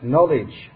Knowledge